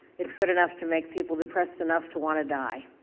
it's good enough to make people depressed enough to want to die.